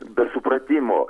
be supratimo